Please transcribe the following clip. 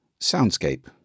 soundscape